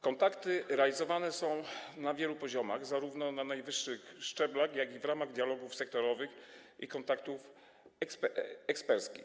Kontakty realizowane są na wielu poziomach, zarówno na najwyższych szczeblach, jak i w ramach dialogów sektorowych i kontaktów eksperckich.